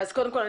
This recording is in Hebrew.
קודם כול,